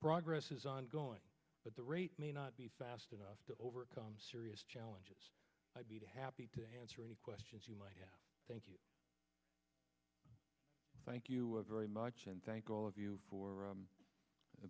progress is ongoing but the rate may not be fast enough to overcome serious challenges i'd be happy to answer any questions you might have thank you thank you very much and thank all of you for